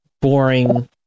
boring